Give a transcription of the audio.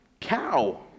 cow